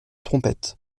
trompette